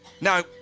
now